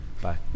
Bye